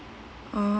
uh